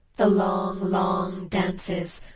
the long long dances,